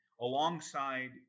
alongside